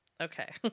Okay